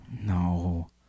No